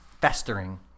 festering